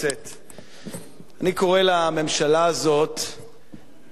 אני קורא לממשלה הזאת "ממשלת ההפתעות".